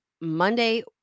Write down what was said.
Monday